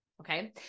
okay